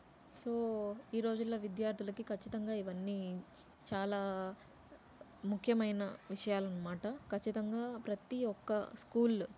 so ఈ రోజుల్లో విద్యార్థులకి ఖచ్చితంగా ఇవన్నీ చాలా ముఖ్యమైన విషయాలు అన్నమాట ఖచ్చితంగా ప్రతి ఒక్క స్కూల్